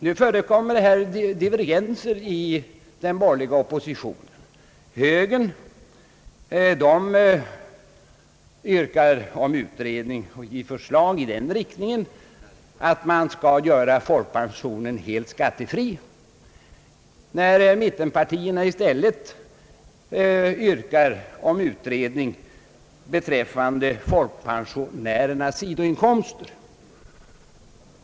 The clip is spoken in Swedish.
Nu förekommer här divergenser i den borgerliga oppositionen. Högern har ett utredningsförslag i den riktningen att folkpensionen skall göras helt skattefri, medan mittenpartierna i stället yrkar på en utredning av folkpensionärernas sidoinkomster.